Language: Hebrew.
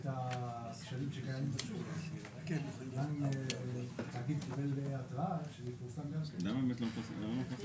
גילה חוסר מיומנות,